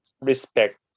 respect